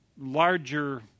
larger